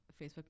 Facebook